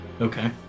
Okay